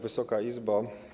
Wysoka Izbo!